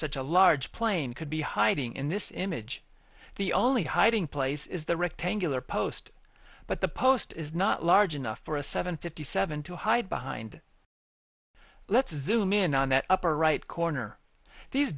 such a large plane could be hiding in this image the only hiding place is the rectangular post but the post is not large enough for a seven fifty seven to hide behind let's zoom in on that upper right corner these